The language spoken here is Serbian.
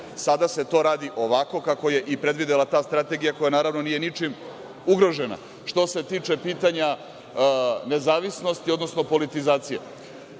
Sada se to radi ovako kako je i predvidela ta strategija koja, naravno, nije ničim ugrožena. Što se tiče pitanja nezavisnosti, odnosno politizacije,